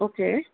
okay